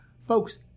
Folks